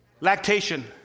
lactation